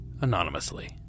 anonymously